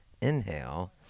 inhale